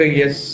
yes